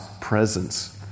presence